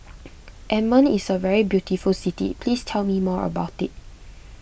Amman is a very beautiful city please tell me more about it